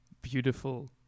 Beautiful